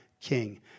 king